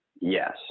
Yes